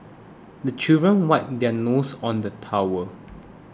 the children wipe their noses on the towel